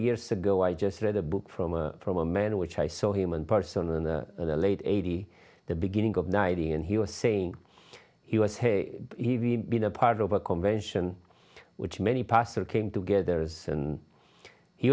years ago i just read a book from a from a man which i saw him in person and the late eighty the beginning of ninety and he was saying he was hey he ve been a part of a convention which many pastor came together as he